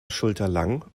schulterlang